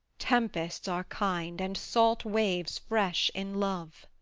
tempests are kind, and salt waves fresh in love!